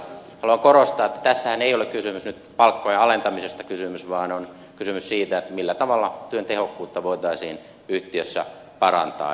haluan korostaa että tässähän ei ole kysymys nyt palkkojen alentamisesta vaan on kysymys siitä millä tavalla työn tehokkuutta voitaisiin yhtiössä parantaa